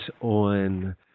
on